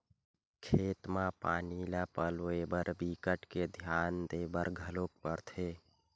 खेत म पानी ल पलोए बर बिकट के धियान देबर घलोक परथे